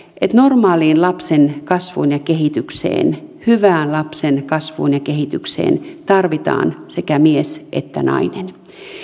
normaaliin lapsen kasvuun ja kehitykseen hyvään lapsen kasvuun ja kehitykseen tarvitaan sekä mies että nainen